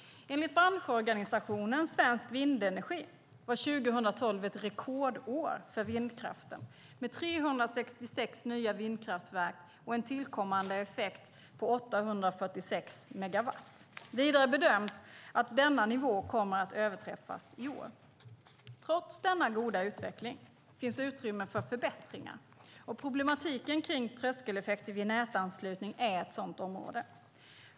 Enligt branschorganisationen Svensk Vindenergi var 2012 ett rekordår för vindkraften med 366 nya vindkraftverk och en tillkommande effekt på 846 megawatt. Vidare bedöms att denna nivå kommer att överträffas i år. Trots denna goda utveckling finns utrymme för förbättringar. Problematiken kring tröskeleffekter vid nätanslutning är ett sådant område.